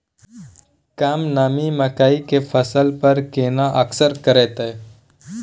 कम नमी मकई के फसल पर केना असर करतय?